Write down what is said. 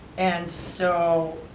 and so,